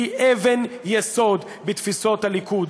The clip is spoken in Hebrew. היא אבן יסוד בתפיסות הליכוד,